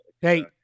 Hey